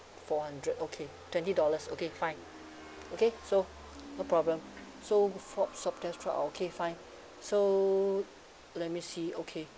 four hundred okay twenty dollars okay fine okay so no problem so for swab test part okay fine so let me see okay